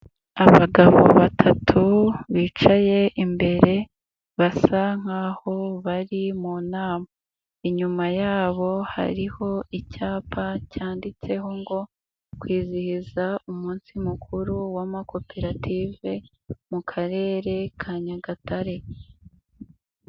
Abagabo batatu, bicaye imbere basa nk'a bari mu nama, inyuma yabo hariho icyapa cyanditseho ngo kwizihiza umunsi mukuru w'amakoperative, mu karere ka Nyagatare.